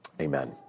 Amen